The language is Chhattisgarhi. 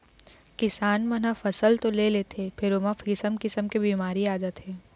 किसान मन ह फसल तो ले लेथे फेर ओमा किसम किसम के बिमारी आ जाथे